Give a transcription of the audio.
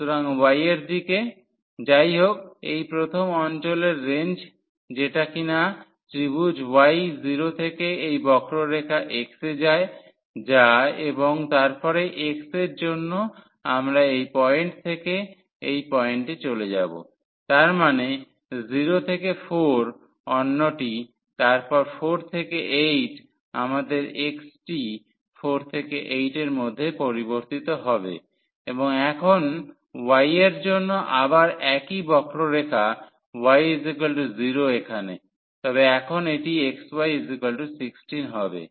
সুতরাং y এর দিকে যাইহোক এই প্রথম অঞ্চলের রেঞ্জ যেটা কিনা ত্রিভুজ y 0 থেকে এই বক্ররেখা x এ যায় যা এবং তারপরে x এর জন্য আমরা এই পয়েন্ট থেকে এই পয়েন্টে চলে যাব তার মানে 0 থেকে 4 অন্যটি তারপর 4 থেকে 8 আমাদের x টি 4 থেকে 8 এর মধ্যে পরিবর্তিত হবে এবং এখন y এর জন্য আবার একই বক্ররেখা y0 এখানে তবে এখন এটি xy16 হবে